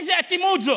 איזו אטימות זאת?